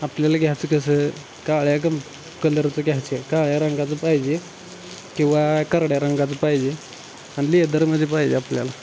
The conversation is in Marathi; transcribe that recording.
आपल्याला घ्यायचं कसं काळ्या कं कलरचं घ्यायचं आहे काळ्या रंगाचं पाहिजे किंवा करड्या रंगाचं पाहिजे आणि लेदरमध्ये पाहिजे आपल्याला